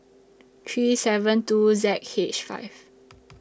three seven two Z H five